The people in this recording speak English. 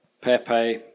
Pepe